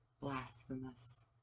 blasphemous